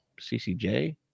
CCJ